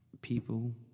people